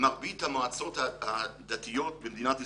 המועצות הדתיות במדינת ישראל,